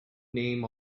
name